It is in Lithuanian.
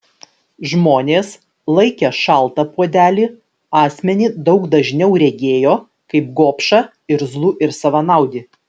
žmonės laikę šaltą puodelį asmenį daug dažniau regėjo kaip gobšą irzlų ir savanaudį